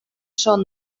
són